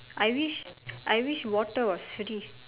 I wish I wish water was free